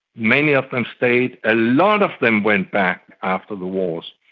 many of them stayed, a lot of them went back after the wars.